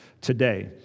today